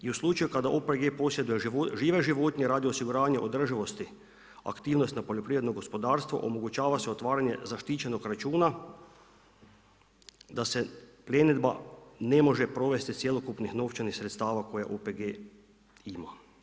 I u slučaju kada OPG posjeduje žive životinje radi osiguravanja održivosti aktivnost na poljoprivredno gospodarstvo omogućava se otvaranje zaštićenog računa da se pljenidba ne može provesti cjelokupnih novčanih sredstava koje OPG ima.